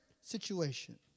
situation